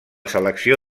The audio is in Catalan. selecció